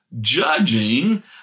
judging